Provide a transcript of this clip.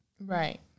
Right